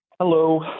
Hello